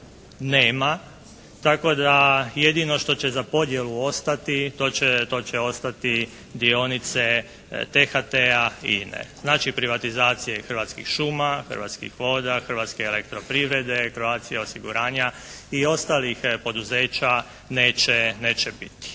nema, tako da jedino što će za podjelu ostati to će ostati dionice THT-a i Ine. Znači privatizacije Hrvatskih šuma, Hrvatskih voda, Hrvatske elektroprivrede, Croatica osiguranja i ostalih poduzeća neće biti.